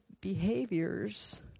behaviors